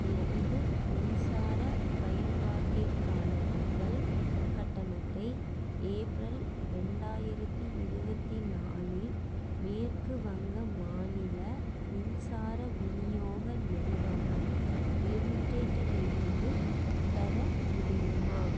எனது மின்சார பயன்பாட்டிற்கான நகல் கட்டணத்தை ஏப்ரல் ரெண்டாயிரத்தி இருபத்தி நாலில் மேற்கு வங்க மாநில மின்சார விநியோக நிறுவனம் லிமிட்டெடிலிருந்து பெற முடியுமா